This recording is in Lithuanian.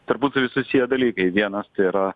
tarpusavy susiję dalykai vienas tai yra